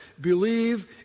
believe